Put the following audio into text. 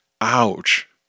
ouch